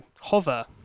hover